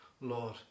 Lord